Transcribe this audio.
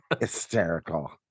...hysterical